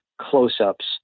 close-ups